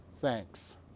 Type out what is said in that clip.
thanks